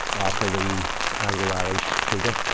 after the anglo-irish treaty.